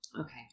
Okay